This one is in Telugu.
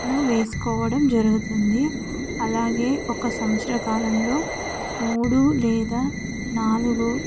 ను వేసుకోవడం జరుగుతుంది అలాగే ఒక సంవత్సర కాలంలో మూడు లేదా నాలుగు